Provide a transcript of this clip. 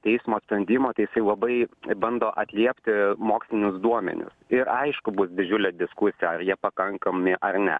teismo sprendimo tai jisai labai bando atliepti mokslinius duomenis ir aišku bus didžiulė diskusija ar jie pakankami ar ne